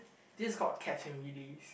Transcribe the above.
this is called catch and release